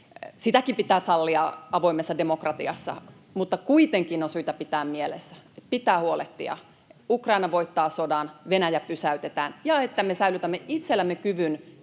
sitäkin pitää sallia avoimessa demokratiassa, mutta kuitenkin on syytä pitää tämä mielessä — pitää huolehtia, että Ukraina voittaa sodan, Venäjä pysäytetään ja että me säilytämme itsellämme kyvyn